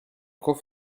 camp